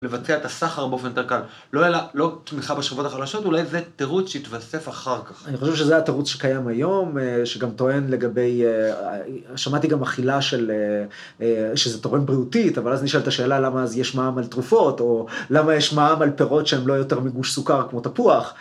לבצע את הסחר באופן יותר קל. לא תמיכה בשכבות החלשות, אולי זה תירוץ שהתווסף אחר כך. אני חושב שזה התירוץ שקיים היום, שגם טוען לגבי... שמעתי גם אכילה שזה תורן בריאותית, אבל אז אני שואל את השאלה למה אז יש מעם על תרופות, או למה יש מעם על פירות שהן לא יותר מגוש סוכר כמו תפוח.